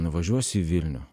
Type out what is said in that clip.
nuvažiuosiu į vilnių